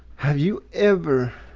have you ever